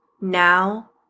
now